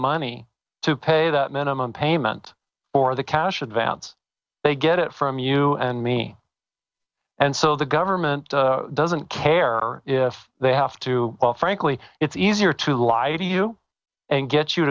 money to pay the minimum payment or the cash advance they get it from you and me and so the government doesn't care if they have to well frankly it's easier to lie to you and get you